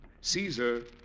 Caesar